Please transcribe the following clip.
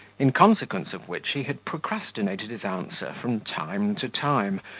in consequence of which he had procrastinated his answer from time to time,